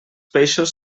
peixos